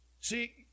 See